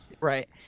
Right